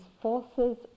forces